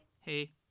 hey